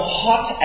hot